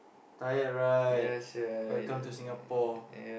tired right welcome to Singapore